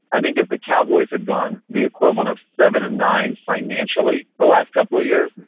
i think if the cowboys had gone the equivalent of seven and nine financially the last couple of years,